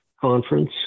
conference